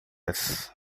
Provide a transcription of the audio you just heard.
esse